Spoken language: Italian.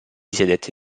sedette